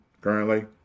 currently